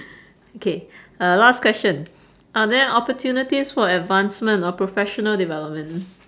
okay uh last question are there opportunities for advancement or professional development